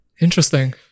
Interesting